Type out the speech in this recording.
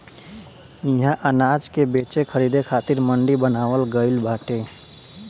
इहा अनाज के बेचे खरीदे खातिर मंडी बनावल गइल बाटे